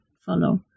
follow